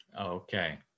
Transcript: Okay